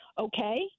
okay